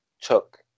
took